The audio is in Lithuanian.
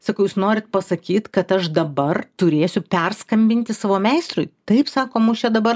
sakau jūs norit pasakyt kad aš dabar turėsiu perskambinti savo meistrui taip sako mus čia dabar